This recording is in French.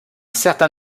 certain